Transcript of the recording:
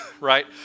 right